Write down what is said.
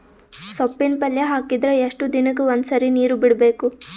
ಸೊಪ್ಪಿನ ಪಲ್ಯ ಹಾಕಿದರ ಎಷ್ಟು ದಿನಕ್ಕ ಒಂದ್ಸರಿ ನೀರು ಬಿಡಬೇಕು?